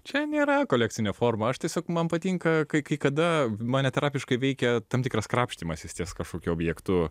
čia nėra kolekcinė forma aš tiesiog man patinka kai kai kada mane terapiškai veikia tam tikras krapštymasis ties kažkokiu objektu